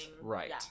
Right